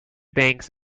banks